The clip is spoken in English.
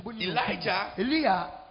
Elijah